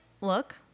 look